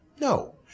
No